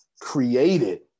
created